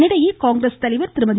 இதனிடையே காங்கிரஸ் தலைவர் திருமதி